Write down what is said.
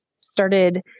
started